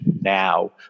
now